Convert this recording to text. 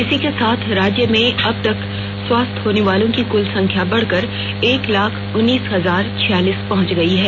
इसी के साथ राज्य में अब तक स्वस्थ होनेवालों की कुल संख्या बढ़कर एक लाख उन्नीस हजार छियालीस पहुंच गई है